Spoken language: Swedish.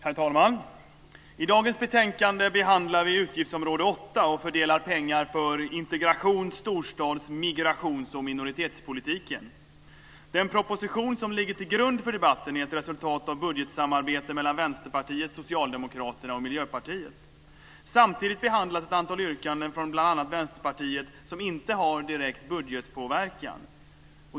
Herr talman! I dagens betänkande behandlar vi utgiftsområde 8 och fördelar pengar för integrations-, storstads-, migrations och minoritetspolitiken. Den proposition som ligger till grund för debatten är ett resultat av budgetsamarbete mellan Vänsterpartiet, Socialdemokraterna och Miljöpartiet. Samtidigt behandlas ett antal yrkanden från bl.a. Vänsterpartiet som inte har direkt budgetpåverkan.